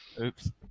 Oops